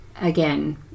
again